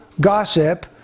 gossip